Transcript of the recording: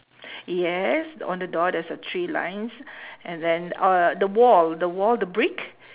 yes on the door there's a three lines and then uh the wall the wall the brick